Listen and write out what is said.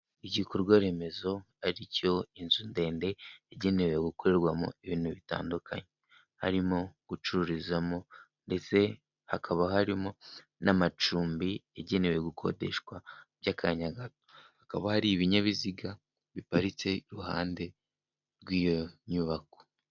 Igikorwa remezo ari cyo inzu ndende igenewe gukorerwamo ibintu bitandukanye, harimo gucururizamo, ndetse hakaba harimo n'amacumbi yagenewe gukodeshwa by'akanya gato, hakaba hari ibinyabiziga biparitse iruhande rw'iyo nyubako.